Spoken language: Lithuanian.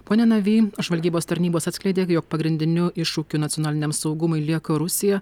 pone navy žvalgybos tarnybos atskleidė jog pagrindiniu iššūkiu nacionaliniam saugumui lieka rusija